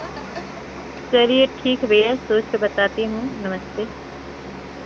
चलिए ठीक है भैया सोच के बताती हूँ नमस्ते